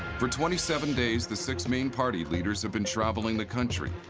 for twenty seven days, the six main party leaders have been travelling the country,